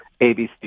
ABC